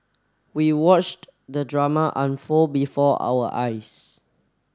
we watched the drama unfold before our eyes